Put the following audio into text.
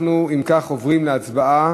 אנחנו, אם כך, עוברים להצבעה